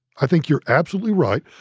i think you're absolutely right.